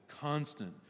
constant